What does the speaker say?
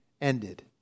ended